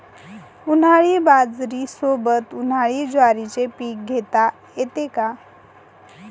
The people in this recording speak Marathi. उन्हाळी बाजरीसोबत, उन्हाळी ज्वारीचे पीक घेता येते का?